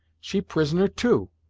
she prisoner, too.